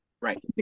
right